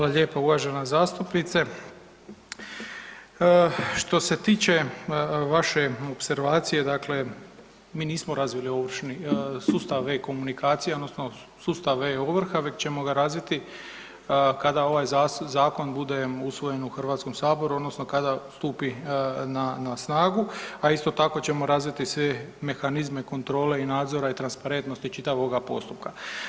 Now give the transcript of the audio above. Hvala lijepo uvažena zastupnice, što se tiče vaše opservacije dakle mi nismo razvili ovršni sustav e-komunikacije odnosno sustav e-ovrha već ćemo ga razviti kada ovaj zakon bude usvojen u Hrvatskom saboru odnosno kada stupi na snagu, a isto tako ćemo razviti sve mehanizme kontrole i nadzora i transparentnosti čitavog ovog postupka.